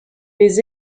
les